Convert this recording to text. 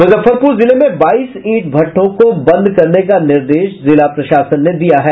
मुजफ्फरपुर जिलें में बाईस ईंट भट्टों को बंद करने का निर्देश जिला प्रशासन ने दिया है